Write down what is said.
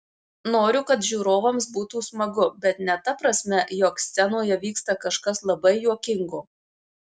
noriu kad žiūrovams būtų smagu bet ne ta prasme jog scenoje vyksta kažkas labai juokingo